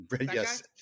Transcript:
Yes